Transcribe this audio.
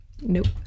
nope